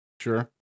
Sure